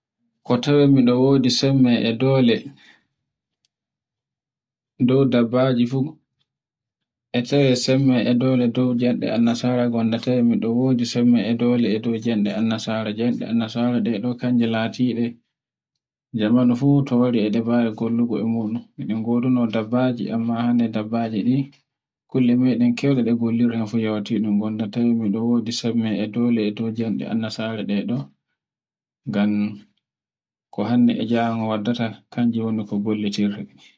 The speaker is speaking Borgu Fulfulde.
Ko tawe e mi wodi sembe e dole e dow dabbaje fu a tawe sembe e dole dow jamde an nasara gonda taye e do wodi sembe e dole e jande an nasara jande an nasara kanje latiɗe jamanu fu to waru e dafayi kondugo e muɗum. E ɗi nghodi no dabbaji amma hani dabbaji ɗi kulli meɗen kyewke, ngan ko hannde e jango waddata, kanjun woni ko hullitirte.